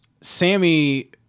Sammy